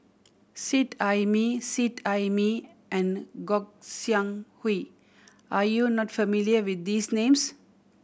Seet Ai Mee Seet Ai Mee and Gog Sing Hooi are you not familiar with these names